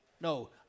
No